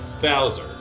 Bowser